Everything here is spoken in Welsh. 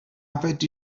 fedri